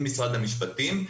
עם משרד המשפטים,